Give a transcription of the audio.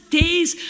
days